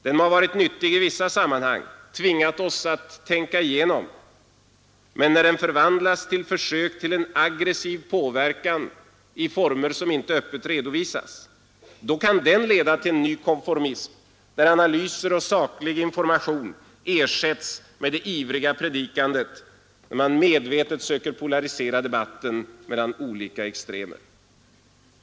Den har i vissa sammanhang varit nyttig och tvingat oss till att tänka igenom våra värderingar, men när den förvandlas till försök till aggressiv påverkan i former som inte öppet redovisas, kan den leda till en ny konformism, där analyser och saklig information ersätts med ivrigt predikande och där man medvetet söker polarisera debatten mellan olika extremer.